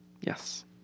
Yes